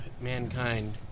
mankind